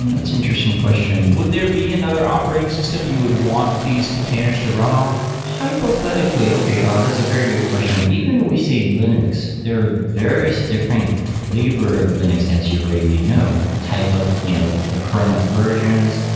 that's interesting question. would there be another operating system you would want these containers to run on? hypothetically, okay um that's a very good question. even though we say linux, there are various different flavor linux as you already may know, type of you know the kernel versions,